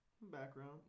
Background